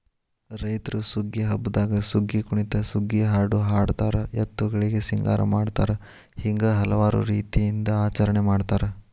ರೈತ್ರು ಸುಗ್ಗಿ ಹಬ್ಬದಾಗ ಸುಗ್ಗಿಕುಣಿತ ಸುಗ್ಗಿಹಾಡು ಹಾಡತಾರ ಎತ್ತುಗಳಿಗೆ ಸಿಂಗಾರ ಮಾಡತಾರ ಹಿಂಗ ಹಲವಾರು ರೇತಿಯಿಂದ ಆಚರಣೆ ಮಾಡತಾರ